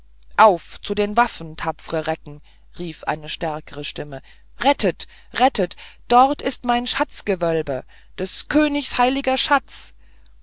auf zu den waffen tapfre recken rief eine stärkere stimme rettet rettet dort ist mein schatzgewölbe des königs heiliger schatz